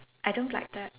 I don't like that